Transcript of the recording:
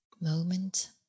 moment